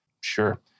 Sure